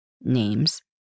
Names